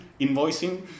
invoicing